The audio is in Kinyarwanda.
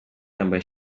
yambaye